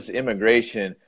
immigration